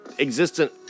existent